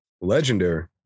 Legendary